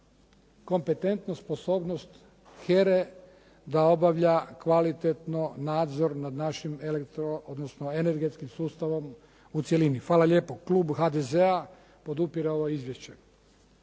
kompetentnost, sposobnost HERE da obavlja kvalitetno nadzor nad našim elektro, odnosno energetskim sustavom u cjelini. Hvala lijepo. Klub HDZ-a podupire ovo izvješće.